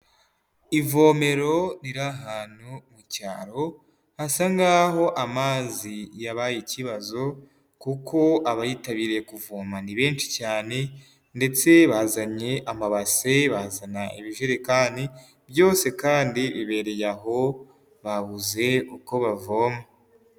Ivomero riri ahantu mu cyaro, hasa nk'aho amazi yabaye ikibazo kuko abayitabiriye kuvoma ni benshi cyane ndetse bazanye amabase, bazana ibijerekani, byose kandi bibereye aho, babuze uko bavoma.